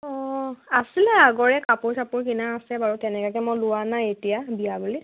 অঁ আছিলে আগৰে কাপোৰ চাপোৰ কিনা আছে বাৰু তেনেকাকে মই লোৱা নাই এতিয়া বিয়া বুলি